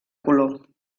color